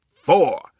four